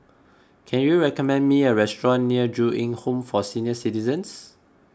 can you recommend me a restaurant near Ju Eng Home for Senior Citizens